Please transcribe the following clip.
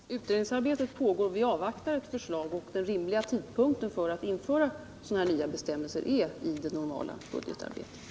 Herr talman! Utredningsarbetet pågår, och vi avvaktar ett förslag. Den rimliga ordningen för att införa sådana här nya bestämmelser är att det sker inom ramen för det normala budgetarbetet.